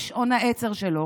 זה שעון העצר שלו,